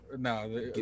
No